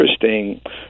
interesting